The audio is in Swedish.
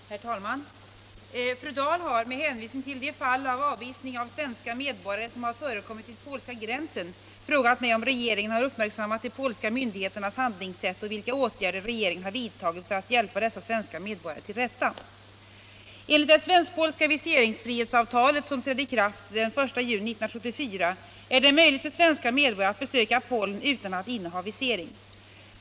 den 11 maj anmälda fråga, 1976/77:448, och anförde: Om åtgärder mot Herr talman! Fru Dahl har, med hänvisning till de fall av avvisning avvisning av svenska av svenska medborgare som har förekommit vid polska gränsen, frågat — medborgare som mig om regeringen har uppmärksammat de polska myndigheternas hand = önskar besöka lingssätt och vilka åtgärder regeringen har vidtagit för att hjälpa dessa — Polen svenska medborgare till rätta. Enligt det svensk-polska viseringsfrihetsavtalet, som trädde i kraft den 1 juni 1974, är det möjligt för svenska medborgare att besöka Polen utan att inneha visering.